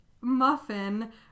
Muffin